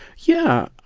yeah.